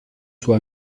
sua